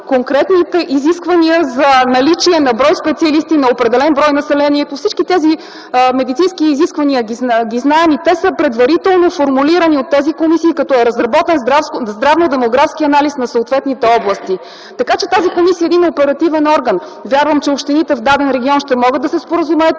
конкретните изисквания за наличие на брой специалисти на определен брой население. Всички тези медицински изисквания ги знаем и те са предварително формулирани от тези комисии като е разработен здравно-демографски анализ на съответните области. Тази комисия е един оперативен орган. Вярвам, че общините в даден регион ще могат да се споразумеят